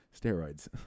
steroids